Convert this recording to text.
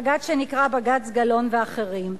בג"ץ שנקרא "בג"ץ גלאון ואחרים".